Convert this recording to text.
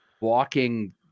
walking